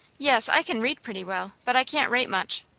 yes i can read pretty well, but i can't write much.